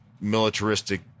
militaristic